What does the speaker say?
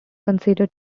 considered